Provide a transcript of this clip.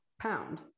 pound